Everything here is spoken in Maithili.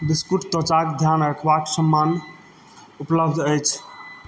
बिस्कुट त्वचाक ध्यान रखबाक सामान उपलब्ध अछि